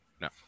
No